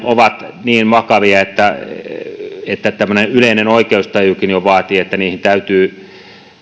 ovat niin vakavia että että tämmöinen yleinen oikeustajukin jo vaatii että niihin täytyy